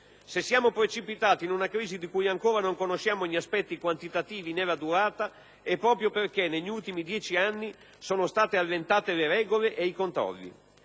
Se siamo precipitati in una crisi di cui ancora non conosciamo gli aspetti quantitativi né la durata è proprio perché negli ultimi dieci anni sono state allentate le regole e i controlli.